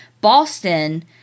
Boston